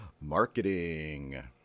Marketing